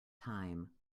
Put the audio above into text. time